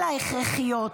אלא הכרחיות,